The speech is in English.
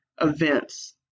events